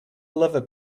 liver